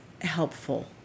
helpful